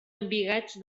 embigats